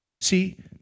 See